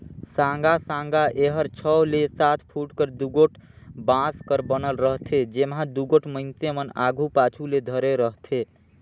साँगा साँगा एहर छव ले सात फुट कर दुगोट बांस कर बनल रहथे, जेम्हा दुगोट मइनसे मन आघु पाछू ले धरे रहथे